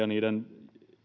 niiden